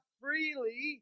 freely